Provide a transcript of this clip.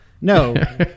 no